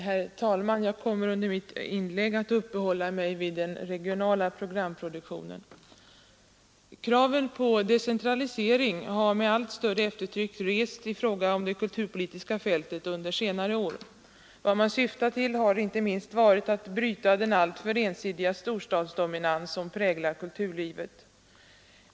Herr talman! Jag kommer i mitt inlägg att uppehålla mig vid den regionala programproduktionen. Kraven på decentralisering i fråga om det kulturpolitiska fältet har med allt större eftertryck rests under senare år. Vad man syftat till har inte minst varit att bryta den alltför ensidiga storstadsdominans som präglar kulturlivet.